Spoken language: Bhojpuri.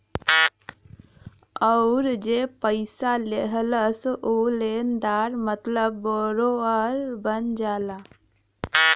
अउर जे पइसा लेहलस ऊ लेनदार मतलब बोरोअर बन जाला